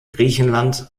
griechenland